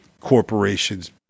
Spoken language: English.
corporations